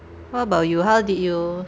what about you how did you